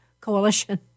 coalition